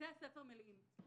בתי הספר מלאים,